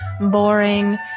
boring